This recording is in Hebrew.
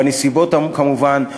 בנסיבות כמובן,